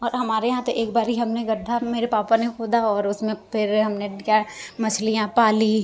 और हमारे यहाँ पे एक बारी हमने गड्ढा मेरे पापा ने खोदा और उसमें फिर हमने क्या मछलियां पाली